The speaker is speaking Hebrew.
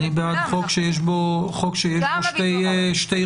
אני בעד חוק שיש בו שתי רמות.